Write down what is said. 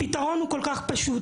הפתרון הוא כל כך פשוט